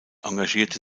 engagierte